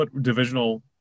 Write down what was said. divisional